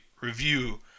review